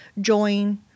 join